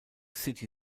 city